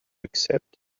accept